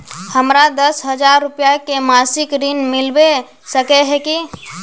हमरा दस हजार रुपया के मासिक ऋण मिलबे सके है की?